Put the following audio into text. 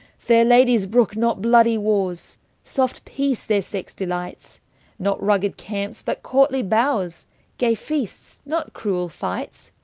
faire ladies brooke not bloodye warres soft peace their sexe delightes not rugged campes, but courtlye bowers gay feastes, not cruell fightes.